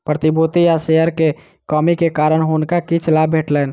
प्रतिभूति आ शेयर में कमी के कारण हुनका किछ लाभ भेटलैन